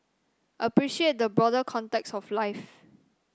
appreciate the broader context of life